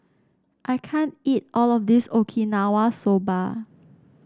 I can't eat all of this Okinawa Soba